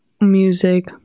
music